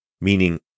meaning